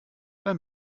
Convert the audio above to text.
beim